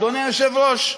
אדוני היושב-ראש.